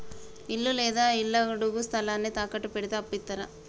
ఇల్లు లేదా ఇళ్లడుగు స్థలాన్ని తాకట్టు పెడితే అప్పు ఇత్తరా?